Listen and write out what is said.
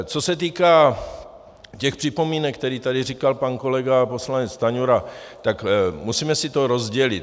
Co se týká připomínek, které tady říkal pan kolega poslanec Stanjura, musíme si to rozdělit.